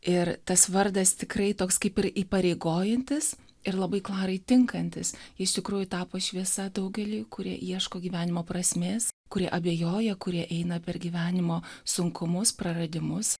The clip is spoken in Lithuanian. ir tas vardas tikrai toks kaip ir įpareigojantis ir labai klarai tinkantis ji iš tikrųjų tapo šviesa daugeliui kurie ieško gyvenimo prasmės kurie abejoja kurie eina per gyvenimo sunkumus praradimus